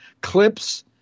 clips